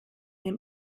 dem